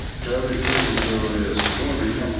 county service area twenty,